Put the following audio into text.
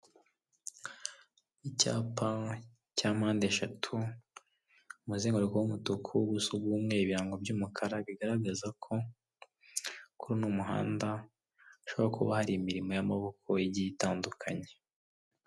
Icyapa cya mpande eshatu, umuzenguruko w'umutuku, ubuso bw'umweru, ibirango by'umukara, bigaragaza ko, kuri uno muhanda hashobora kuba hari imirimo y'amaboko igiye itandukanye.